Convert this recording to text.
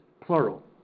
plural